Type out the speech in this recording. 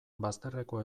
bazterreko